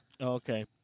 okay